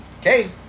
Okay